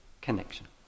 connection